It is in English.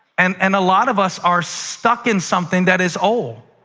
and and a lot of us are stuck in something that is old.